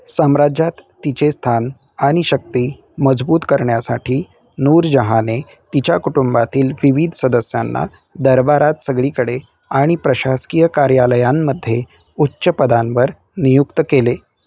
साम्राज्यात तिचे स्थान आणि शक्ती मजबूत करण्यासाठी नूरजहाँने तिच्या कुटुंबातील विविध सदस्यांना दरबारात सगळीकडे आणि प्रशासकीय कार्यालयांमध्ये उच्चपदांवर नियुक्त केले